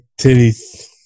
titties